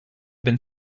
been